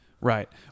Right